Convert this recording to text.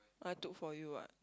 I took for you what